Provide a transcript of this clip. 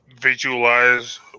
visualize